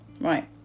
Right